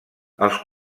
els